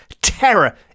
terror